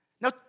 Now